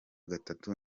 gatatu